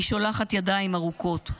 / אני שולחת ידיים ארוכות,